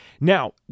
now